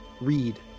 read